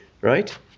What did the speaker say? right